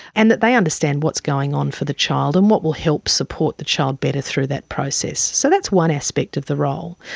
and that they understand what's going on for the child and what will help support the child better through that process. so that's one aspect of the role.